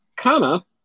Kana